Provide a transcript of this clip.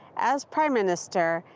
as prime minister,